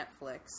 netflix